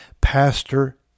Pastor